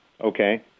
Okay